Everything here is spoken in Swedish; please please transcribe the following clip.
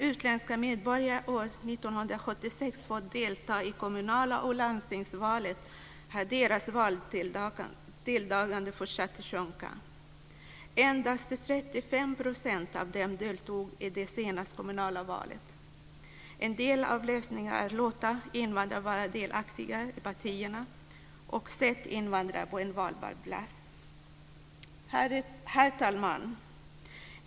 Utländska medborgare fick år 1976 möjlighet att delta i kommunala och landstingskommunala val, men deras valdeltagande har därefter varit sjunkande. Endast 35 % av dem deltog i det senaste kommunala valet. En del av lösningen av detta problem är att låta invandrare vara delaktiga i partierna och att sätta invandrare på valbara platser. Herr talman!